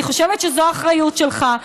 אני חושבת שזו האחריות שלך.